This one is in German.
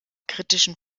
kritischen